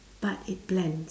but it blends